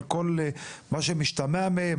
על כל מה שמשתמע מהם,